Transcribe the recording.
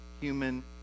human